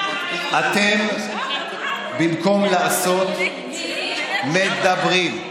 אתם, במקום לעשות, מדברים,